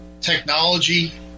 Technology